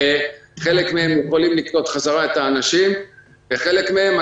חלק מהן יכולות לקלוט בחזרה את האנשים וחלק מהן,